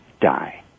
die